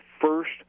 first